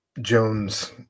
Jones